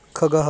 खगः